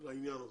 לעניין הזה.